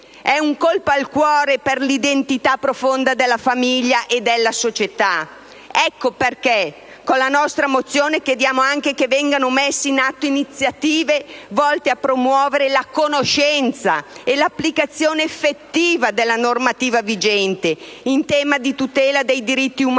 è un colpo al cuore per l'identità profonda della famiglia e della società. Proprio per questo, con la mozione n. 56 chiediamo anche che vengano messe in atto iniziative volte a promuovere la conoscenza e l'applicazione effettiva della normativa vigente in tema di tutela dei diritti umani